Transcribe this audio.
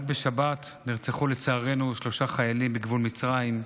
רק בשבת נרצחו, לצערנו, שלושה חיילים בגבול מצרים.